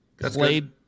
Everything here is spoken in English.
Played